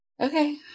Okay